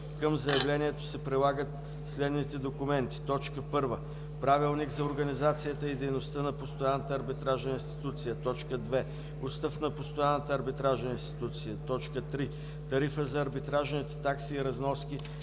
Към заявлението се прилагат следните документи: 1. правилник за организацията и дейността на постоянната арбитражна институция; 2. устав на постоянната арбитражна институция; 3. тарифа за арбитражните такси и разноски